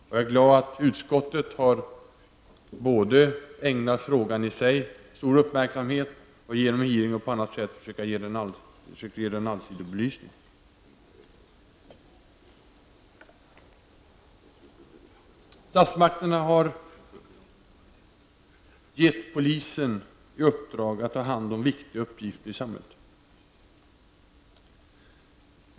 Jag är glad att utskottet har ägnat frågorna stor uppmärksamhet och försökt ge dem en allsidig belysning. Statsmakterna har gett polisen i uppdrag att ha hand om viktiga uppgifter i samhället.